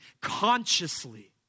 consciously